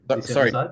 Sorry